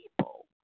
people